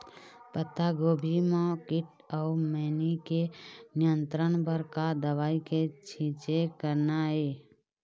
पत्तागोभी म कीट अऊ मैनी के नियंत्रण बर का दवा के छींचे करना ये?